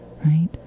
right